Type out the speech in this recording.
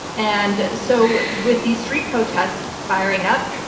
and so with these street protests firing up,